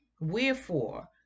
wherefore